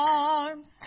arms